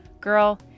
Girl